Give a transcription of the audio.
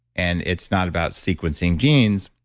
and it's not about sequencing genes,